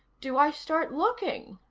do i start looking?